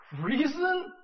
Reason